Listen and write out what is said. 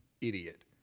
idiot